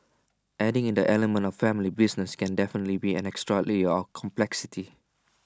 adding in the element A family business can definitely be an extra layer of complexity